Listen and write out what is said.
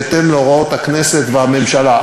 בהתאם להוראות הכנסת והממשלה.